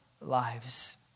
lives